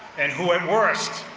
and who at worst,